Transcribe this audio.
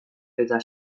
eta